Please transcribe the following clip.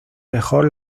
mejor